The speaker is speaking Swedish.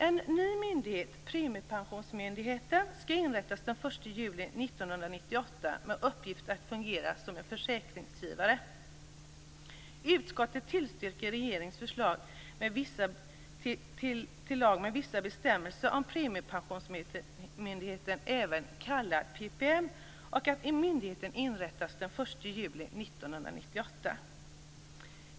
En ny myndighet, premiepensionsmyndigheten, skall inrättas den 1 juli 1998 med uppgift att fungera som en försäkringsgivare. Utskottet tillstyrker regeringens förslag till lag med vissa bestämmelser om premiepensionsmyndigheten, även kallad PPM, och att myndigheten skall inrättas den 1 juli 1998.